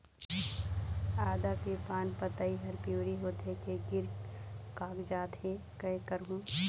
आदा के पान पतई हर पिवरी होथे के गिर कागजात हे, कै करहूं?